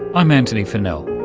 i'm antony funnell